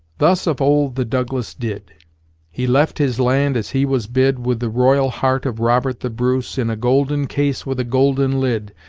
thus of old the douglas did he left his land as he was bid with the royal heart of robert the bruce in a golden case with a golden lid,